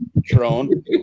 drone